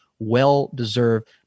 well-deserved